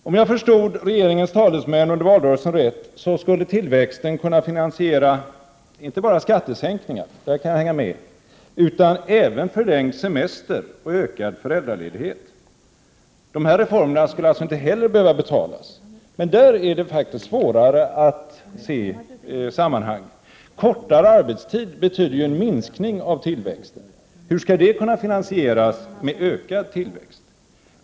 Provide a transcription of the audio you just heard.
Om jag har förstått regeringens talesmän under valrörelsen rätt skulle tillväxten kunna finansiera inte bara skattesänkningar — där kan jag hänga med — utan även förlängd semester och ökad föräldraledighet. De reformerna skulle alltså inte heller behöva betalas. Men där är det faktiskt svårare att se sammanhanget. Kortare arbetstid betyder en minskning av tillväxten. Hur skall det kunna finansieras med ökad tillväxt?